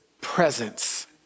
presence